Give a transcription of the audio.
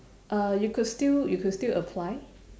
uh you could still you could still apply